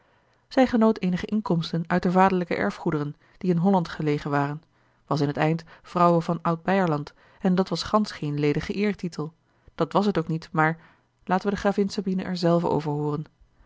zij genoot eenige inkomsten uit de vaderlijke erfgoederen die in holland gelegen waren in t eind vrouwe van oud beierland en dat was gansch geen ledige eertitel dat was het ook niet maar laten wij de gravin sabina er zelve